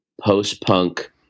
post-punk